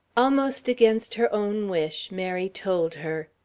almost against her own wish, mary told her.